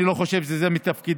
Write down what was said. אני לא חושב שזה מתפקידם.